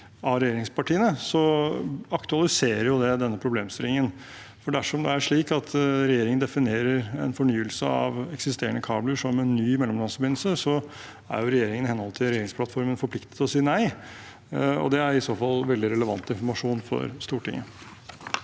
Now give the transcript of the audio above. av regjeringspartiene, aktualiserer jo det denne problemstillingen. Dersom det er slik at regjeringen definerer en fornyelse av eksisterende kabel som en ny mellomlandsforbindelse, er regjeringen i henhold til regjeringsplattformen forpliktet til å si nei. Det er i så fall veldig relevant informasjon for Stortinget.